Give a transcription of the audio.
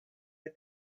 you